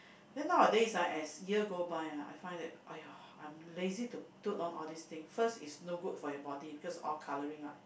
then nowadays ah as year go by ah I find that !aiya! I'm lazy to put on all these thing first is no good for your body because all colouring right